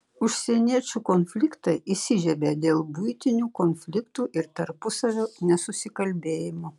užsieniečių konfliktai įsižiebia dėl buitinių konfliktų ir tarpusavio nesusikalbėjimo